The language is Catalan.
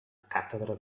càtedra